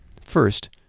First